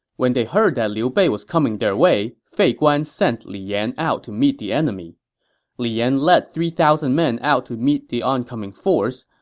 when they heard that liu bei was coming their way, fei guan sent li yan out to meet the enemy li yan led three thousand men out to meet the oncoming force.